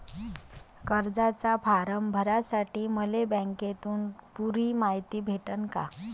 कर्जाचा फारम भरासाठी मले बँकेतून पुरी मायती भेटन का?